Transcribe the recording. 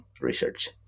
research